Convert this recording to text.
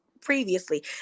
previously